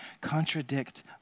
contradict